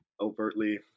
overtly